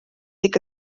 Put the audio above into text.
ikka